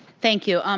thank you. um